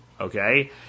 Okay